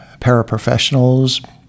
paraprofessionals